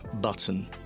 button